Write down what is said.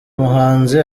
muhanzi